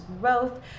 growth